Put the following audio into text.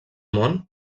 món